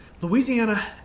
Louisiana